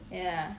ya